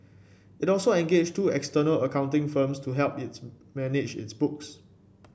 it also engaged two external accounting firms to help its manage its books